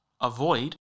avoid